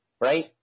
right